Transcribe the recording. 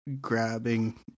grabbing